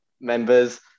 members